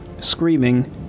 screaming